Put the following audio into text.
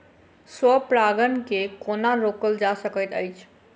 स्व परागण केँ कोना रोकल जा सकैत अछि?